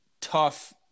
tough